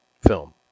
film